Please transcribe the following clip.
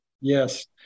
Yes